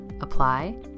apply